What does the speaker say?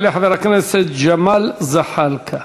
יעלה חבר הכנסת ג'מאל זחאלקה,